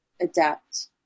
adapt